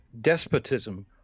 despotism